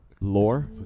Lore